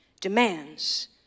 demands